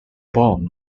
bombs